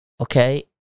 Okay